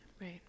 Right